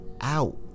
out